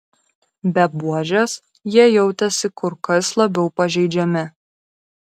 be buožės jie jautėsi kur kas labiau pažeidžiami